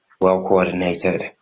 well-coordinated